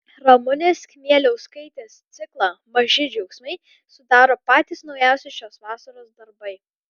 ramunės kmieliauskaitės ciklą maži džiaugsmai sudaro patys naujausi šios vasaros darbai